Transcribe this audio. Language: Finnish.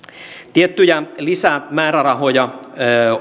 tiettyjä lisämäärärahoja